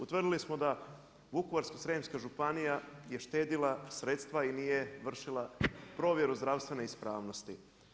Utvrdili smo da Vukovarsko-srijemska županija je štedjela sredstva i nije vršila provjeru zdravstvenu ispravnosti.